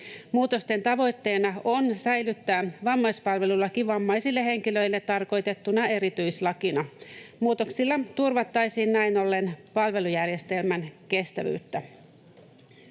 Muutosten tavoitteena on säilyttää vammaispalvelulaki vammaisille henkilöille tarkoitettuna erityislakina. Muutoksilla turvattaisiin näin ollen palvelujärjestelmän kestävyyttä.